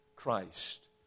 Christ